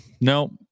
No